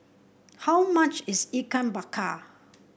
how much is Ikan Bakar